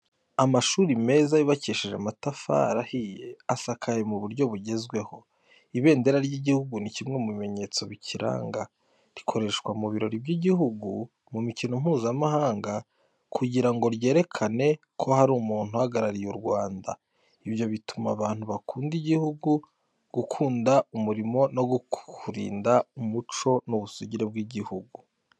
Amashuri meza yubakishije amatafari ahiye asakaye mu buryo bugezweho. Ibendera ry'igihugu ni kimwe mu bimenyetso bikiranga. Rikoreshwa mu birori by’igihugu, mu mikino mpuzamahanga kugira ngo ryerekane ko hari umuntu uhagarariye u Rwanda. Ibyo bituma abantu bakunda igihugu, gukunda umurimo no kurinda umuco n’ubusugire bw’igihugu.